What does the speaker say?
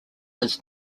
his